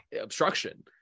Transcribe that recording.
obstruction